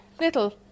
little